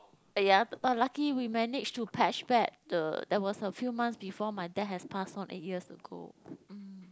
!aiya! no but lucky we managed to patched back the that was a few months before my dad has pass on eight years ago mm